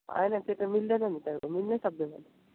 होइन त्यो त मिल्दैन नि त मिल्नै सक्दैन